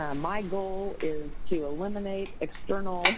ah my goal is to eliminate external